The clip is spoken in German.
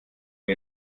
wie